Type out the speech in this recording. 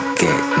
get